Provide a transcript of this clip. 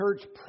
church